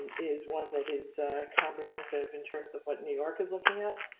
is one, that is comprehensive in terms of what new york is looking at.